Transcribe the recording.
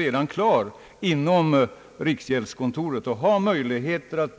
undersökningar har utförts inom riksgäldskontoret rörande olika alternativ för emission av indexreglerade lån.